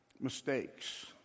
mistakes